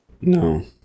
No